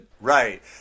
Right